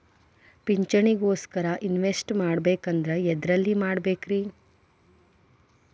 ಪಿಂಚಣಿ ಗೋಸ್ಕರ ಇನ್ವೆಸ್ಟ್ ಮಾಡಬೇಕಂದ್ರ ಎದರಲ್ಲಿ ಮಾಡ್ಬೇಕ್ರಿ?